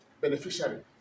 beneficiary